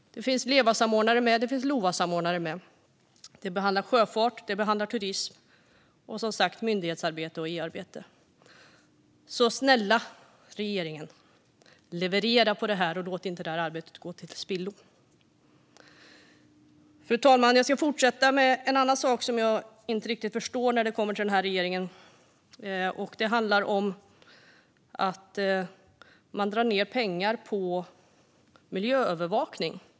Det finns LEVA-samordnare och LOVA-samordnare med. Det handlar om sjöfart, turism och myndighets och EU-arbete. Snälla regeringen, leverera på detta och låt inte detta arbete gå till spillo! Fru talman! Jag ska ta upp en annan sak som jag inte riktigt förstår när det gäller denna regering. Det handlar om att man drar ned på pengarna till miljöövervakning.